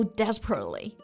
desperately